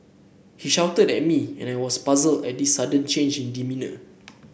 he shouted at me and I was puzzled at this sudden change in demeanour